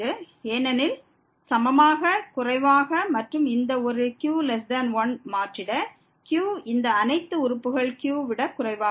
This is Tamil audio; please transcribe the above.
ஏனெனில் சமமாக குறைவாக மற்றும் இந்த ஒரு q1 மாற்றீட q இந்த அனைத்து உறுப்புகள் qஐ விட குறைவாக உள்ளது